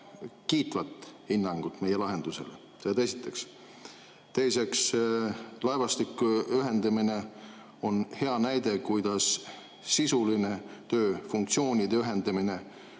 kiitvat hinnangut meie lahendusele, seda esiteks. Teiseks, laevastike ühendamine on hea näide, kuidas sisuline töö, funktsioonide ühendamine,